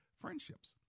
friendships